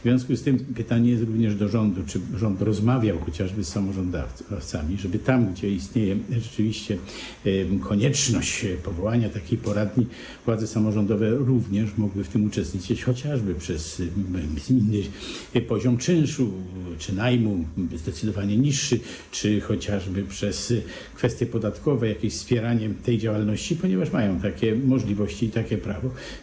W związku z tym pytanie jest również do rządu, czy rząd rozmawiał chociażby z samorządowcami, żeby tam, gdzie istnieje rzeczywiście konieczność powołania takiej poradni, władze samorządowe również mogły w tym uczestniczyć, chociażby na poziomie czynszu czy najmu, by był zdecydowanie niższy, czy przez kwestie podatkowe, jakieś wspieranie tej działalności, ponieważ mają takie możliwości i takie prawo.